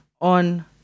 on